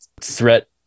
threat